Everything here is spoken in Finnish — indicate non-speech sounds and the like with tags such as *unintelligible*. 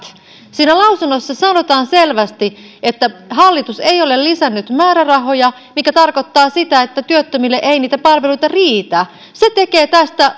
siinä lausunnossa sanotaan selvästi että hallitus ei ole lisännyt määrärahoja mikä tarkoittaa sitä että työttömille ei niitä palveluita riitä se tekee tästä *unintelligible*